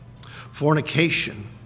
fornication